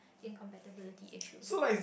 incompatibility issue